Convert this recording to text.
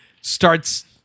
starts